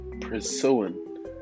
pursuing